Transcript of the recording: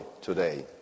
today